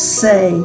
say